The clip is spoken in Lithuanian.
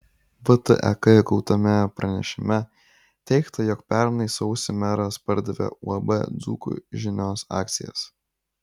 vtek gautame pranešime teigta jog pernai sausį meras pardavė uab dzūkų žinios akcijas